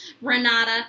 Renata